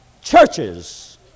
churches